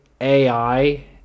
ai